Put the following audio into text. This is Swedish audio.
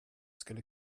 skulle